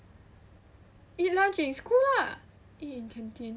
eat lunch in school lah eat in canteen